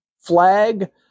flag